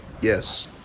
Yes